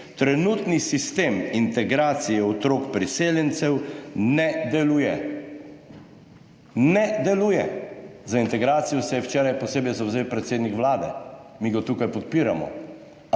trenutni sistem integracije otrok priseljencev ne deluje. Ne deluje. Za integracijo se je včeraj posebej zavzel predsednik Vlade, mi ga tukaj podpiramo,